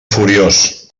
furiós